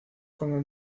como